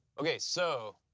okay, so,